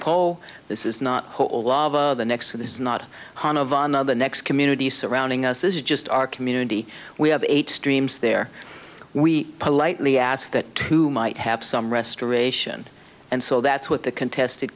pole this is not the next to this is not one of the next communities surrounding us it's just our community we have eight streams there we politely ask that who might have some restoration and so that's what the contested